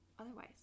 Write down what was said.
otherwise